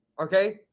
okay